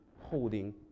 holding